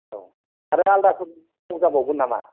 औ आरो आलदाफोर मावजाबावगोन नामा